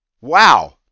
Wow